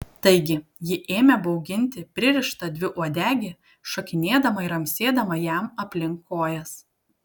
taigi ji ėmė bauginti pririštą dviuodegį šokinėdama ir amsėdama jam aplink kojas